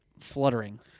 fluttering